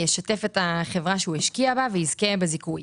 ישתף את החברה שהוא השקיע בה ויזכה בזיכוי,